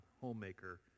homemaker